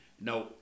no